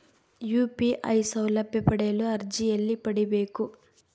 UPI ಸೌಲಭ್ಯ ಪಡೆಯಲು ಅರ್ಜಿ ಎಲ್ಲಿ ಪಡಿಬೇಕು?